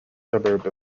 suburb